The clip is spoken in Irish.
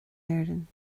éirinn